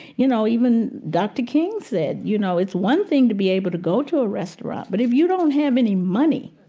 you know, even dr. king said, you know, it's one thing to be able to go to a restaurant but if you don't have any money